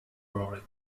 rory